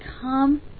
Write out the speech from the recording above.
come